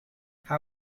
how